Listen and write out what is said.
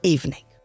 Evening